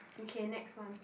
okay next one